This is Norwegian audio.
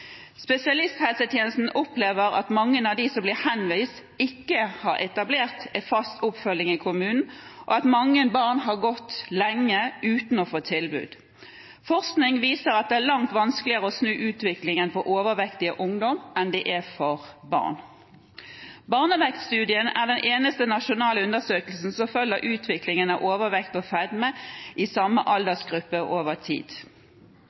Spesialisthelsetjenesten opplever at mange av dem som blir henvist, ikke har fått etablert en fast oppfølging i kommunen, og at mange barn har gått lenge uten å få tilbud. Forskning viser at det er langt vanskeligere å snu utviklingen for overvektig ungdom enn det er for barn. Barnevektstudien er den eneste nasjonale undersøkelsen som følger utviklingen av overvekt og fedme i samme aldersgruppe over tid.